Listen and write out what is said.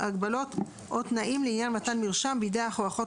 הגבלות או תנאים לעניין מתן מרשם בידי אח או אחות